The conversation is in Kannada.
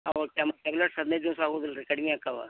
ಅವು ಟ್ಯಾಬ್ಲೆಟ್ಸ್ ಹದಿನೈದು ದಿವಸ ಆಗುವುದಿಲ್ರಿ ಕಡ್ಮೆ ಆಕ್ತಾವ